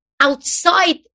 outside